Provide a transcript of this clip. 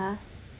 !huh!